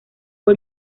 fue